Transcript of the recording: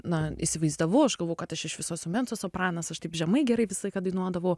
na įsivaizdavau aš galvojau kad aš iš viso esu mecosopranas aš taip žemai gerai visą laiką dainuodavau